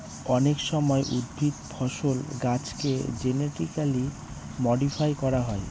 অনেক সময় উদ্ভিদ, ফসল, গাছেকে জেনেটিক্যালি মডিফাই করা হয়